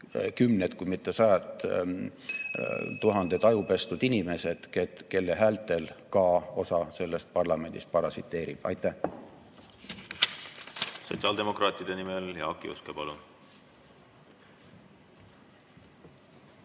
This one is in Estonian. tuhanded, kui mitte sajad tuhanded ajupestud inimesed, kelle häältel ka osa sellest parlamendist parasiteerib. Aitäh! Sotsiaaldemokraatide nimel Jaak Juske, palun!